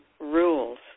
rules